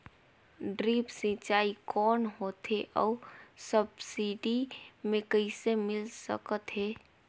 Drip सिंचाई कौन होथे अउ सब्सिडी मे कइसे मिल सकत हे?